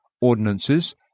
ordinances